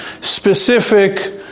specific